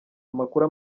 amakuru